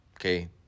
okay